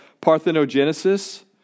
parthenogenesis